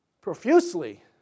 profusely